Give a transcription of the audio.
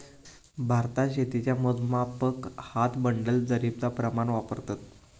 भारतात शेतीच्या मोजमापाक हात, बंडल, जरीबचा प्रमाण वापरतत